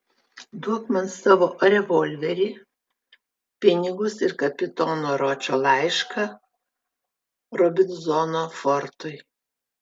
duok man savo revolverį pinigus ir kapitono ročo laišką robinzono fortui